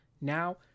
now